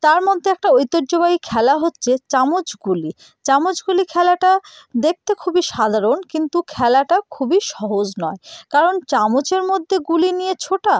তার মধ্যে একটা ঐতিহ্যবাহী খেলা হচ্ছে চামচ গুলি চামচ গুলি খেলাটা দেখতে খুবই সাধারণ কিন্তু খেলাটা খুবই সহজ নয় কারণ চামচের মধ্যে গুলি নিয়ে ছোটা